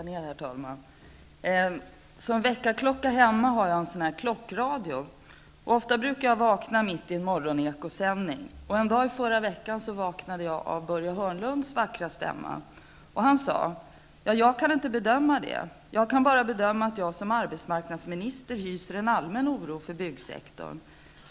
Herr talman! Som väckarklocka hemma har jag en klockradio. Ofta vaknar jag mitt i en Morgonekosändning. En dag i förra veckan vaknade jag av Börje Hörnlunds vackra stämma. Han sade: ''Ja, jag kan inte bedöma det. Jag kan bara bedöma att jag som arbetsmarknadsminister hyser en allmän oro för byggsektorn.